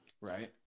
Right